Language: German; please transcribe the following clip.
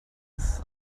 ist